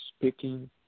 speaking